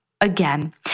again